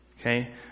Okay